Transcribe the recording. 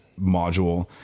module